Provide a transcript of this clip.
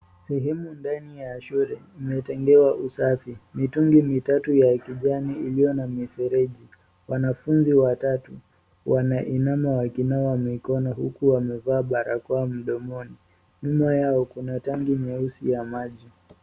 Sehemu ndani ya shule imetengea usafi, mitungi mitatu ya kijani iliyo na mifereji wanafunzi watatu wameinama wakinawa mikono huku wamevaa barakoa mdomoni nyuma yao kuna tangi nyeusi ya maji.